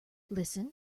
listen